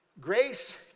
Grace